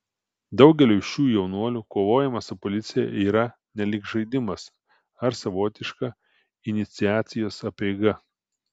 daugeliui šių jaunuolių kovojimas su policija yra nelyg žaidimas ar savotiška iniciacijos apeiga